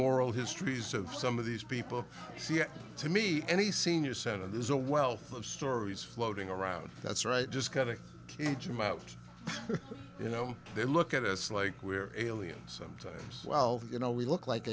some oral histories of some of these people to me any senior center there's a wealth of stories floating around that's right just kind of each about you know they look at us like we're aliens sometimes well you know we look like